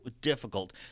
difficult